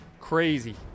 crazy